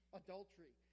adultery